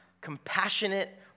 compassionate